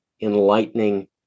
enlightening